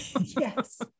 Yes